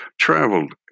traveled